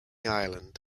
ireland